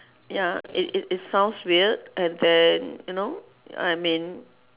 ya it it it sounds weird and then you know I mean